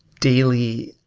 daily,